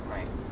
Right